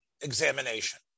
examination